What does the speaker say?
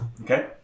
Okay